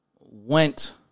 went